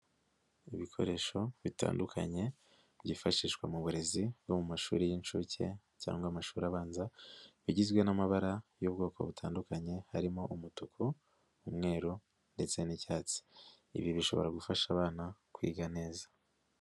Ibikoresho bitandukanye byifashishwa mu burezi bwo mu mashuri y'inshuke cyangwa amashuri abanza, bigizwe n'amabara y'ubwoko butandukanye, harimo: umutuku n'umweruru ndetse n'icyatsi. Ibi bishobora gufasha abana kwiga neza.